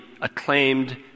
acclaimed